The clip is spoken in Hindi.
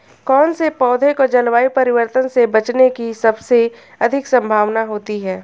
कौन से पौधे को जलवायु परिवर्तन से बचने की सबसे अधिक संभावना होती है?